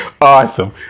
Awesome